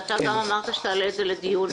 אתה גם אמרת שתעלה את זה לדיון.